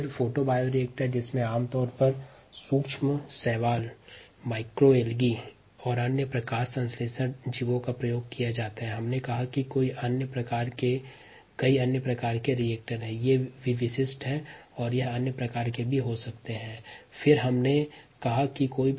photobioreactor जिसमे आमतौर पर सूक्ष्म शैवाल और अन्य प्रकाश संश्लेषण जीव का प्रयोग किया जाता है के विषय में चर्चा की थी